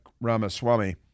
Ramaswamy